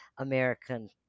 American